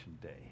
day